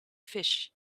fish